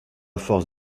force